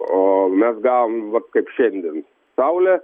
o mes gavome vat kaip šiandien saulė